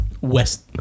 West